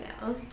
now